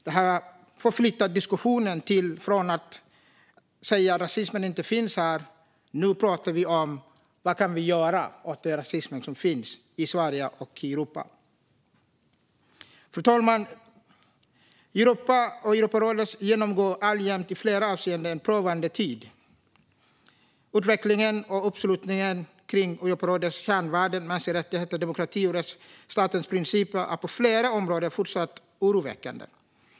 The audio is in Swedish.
Detta förflyttar diskussionen från att man säger att rasismen inte finns här till att man nu säger: Vad kan vi göra åt den rasism som finns i Sverige och i Europa? Fru talman! Europa och Europarådet genomgår alltjämt i flera avseenden en prövande tid. Utvecklingen och uppslutningen kring Europarådets kärnvärden - mänskliga rättigheter, demokrati och rättsstatens principer - är på flera områden fortsatt oroväckande.